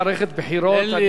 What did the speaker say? בחירות.